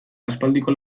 aspaldiko